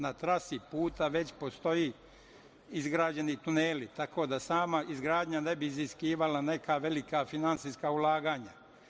Na trasi puta već postoje izgrađeni tuneli, tako da sama izgradnja ne bi iziskivala neka velika finansijska ulaganja.